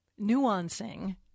nuancing